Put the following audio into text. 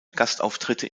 gastauftritte